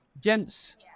Gents